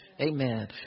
amen